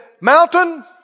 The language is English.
mountain